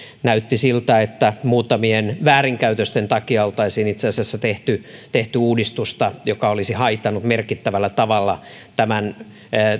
näytti siltä että muutamien väärinkäytösten takia oltaisiin itse asiassa tehty tehty uudistusta joka olisi haitannut merkittävällä tavalla tämän